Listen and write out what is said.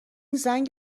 زنگ